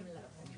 נשמע